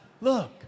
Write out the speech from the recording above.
look